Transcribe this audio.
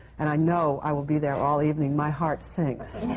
and i know i will be there all evening, my heart sinks.